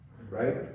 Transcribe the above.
right